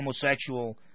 homosexual